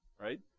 Right